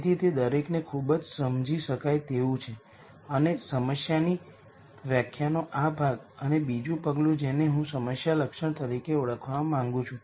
તેથી તે દરેકને ખૂબ જ સમજી શકાય તેવું છે અને સમસ્યાની વ્યાખ્યાનો આ ભાગ અને બીજું પગલું જેને હું સમસ્યા લક્ષણ તરીકે ઓળખવા માંગું છું